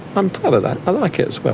i'm proud of that. i like it as well.